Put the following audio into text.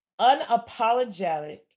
unapologetic